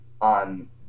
on